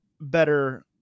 better